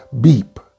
beep